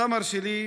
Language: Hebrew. סמר שלי,